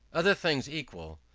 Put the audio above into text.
other things equal,